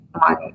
money